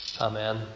Amen